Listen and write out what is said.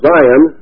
Zion